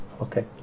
okay